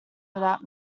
without